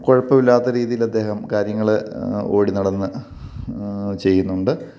കുഴപ്പമില്ലാത്ത രീതിയിൽ അദ്ദേഹം കാര്യങ്ങൾ ഓടിനടന്ന് ചെയ്യുന്നുണ്ട്